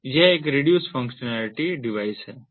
तो यह एक रिड्यूस्ड फंक्शनलिटी डिवाइस है